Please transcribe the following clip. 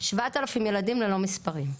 7,000 ילדים ללא מספרים.